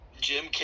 Jim